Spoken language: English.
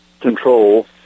control